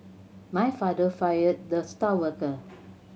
my father fired the star worker